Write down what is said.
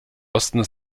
osten